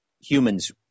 Humans